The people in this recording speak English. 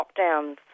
lockdowns